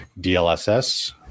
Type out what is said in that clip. DLSS